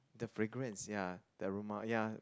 the fragrance ya the aroma ya